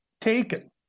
taken